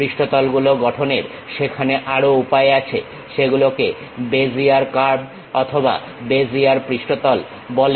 পৃষ্ঠতল গুলো গঠনের সেখানে আরও উপায় আছে সেগুলোকে বেজিয়ার কার্ভ অথবা বেজিয়ার পৃষ্ঠতল বলে